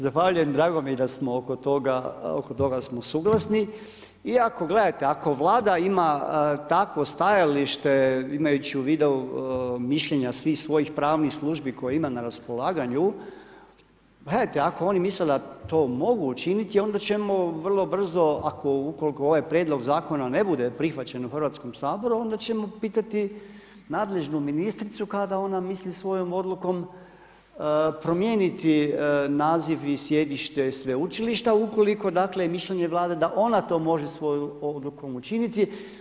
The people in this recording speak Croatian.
Evo, zahvaljujem, drago mi je da smo oko toga suglasni iako ako gledajte, ako Vlada ima takvo stajalište imajući u vidu mišljenja svih svojih pravnih služi koje ima na raspolaganju, ako oni misle da to mogu učiniti, onda ćemo vrlo brzo ukoliko ovaj prijedlog zakona ne bude prihvaćen u Hrvatskom saboru, onda ćemo pitati nadležnu ministricu kada ona mislim svojom odlukom promijeniti naziv i sjedište sveučilišta ukoliko je mišljenje Vlade da ona to može svojom odlukom učiniti.